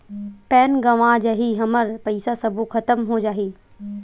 Pan गंवा जाही हमर पईसा सबो खतम हो जाही?